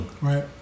Right